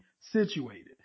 situated